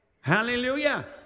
Hallelujah